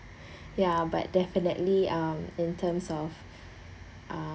ya but definitely um in terms of